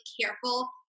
careful